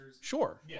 sure